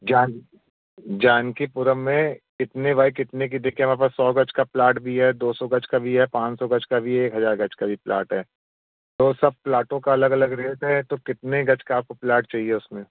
जान जानकीपुरम में कितने बाई कितने की देखिए हमारे पास सौ गज़ का प्लाट भी है दो सौ गज़ का भी है पाँच सौ गज़ का भी है एक हज़ार गज़ का भी प्लाट है और सब प्लाटों का अलग अलग रेट है तो कितने गज़ का आपको प्लाट चाहिए उसमें